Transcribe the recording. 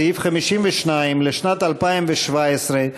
על סעיף 52 לשנת 2017,